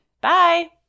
Bye